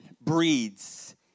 breeds